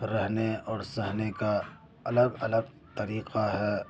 رہنے اور سہنے کا الگ الگ طریقہ ہے